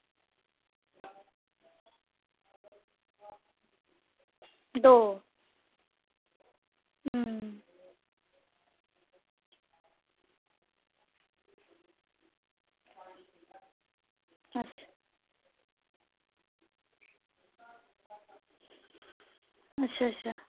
दौ अच्छा अच्छा अच्छा